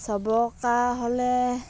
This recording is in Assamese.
চবকা হ'লে